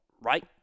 right